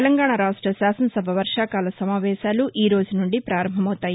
తెలంగాణా రాష్ట శాసన సభ వర్షాకాల సమావేశాలు ఈరోజు నుండి పారంభమవుతాయి